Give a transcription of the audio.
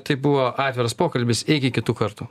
tai buvo atviras pokalbis iki kitų kartų